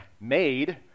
made